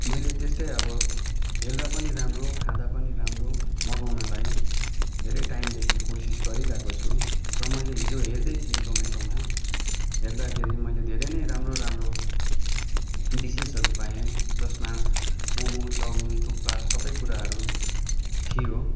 मैले त्यस्तै अब हेर्दा पनि राम्रो खाँदा पनि राम्रो मगाउनलाई धेरै टाइमदेखि कोसिस गरिरहेको छु र मैले हिजो हेर्दै थिएँ जोमेटोमा हेर्दाखेरि मैले धेरै नै राम्रो राम्रो डिसेसहरू पाएँ जसमा मोमो चाउमिन थुक्पा सबै कुराहरू थियो